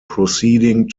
proceeding